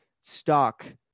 stock